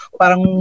parang